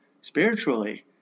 spiritually